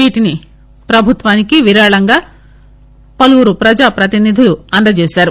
వీటిని ప్రభుత్వానికి విరాళంగా ప లువురు ప్రజాప్రతినిధులు అంజేశారు